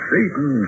Satan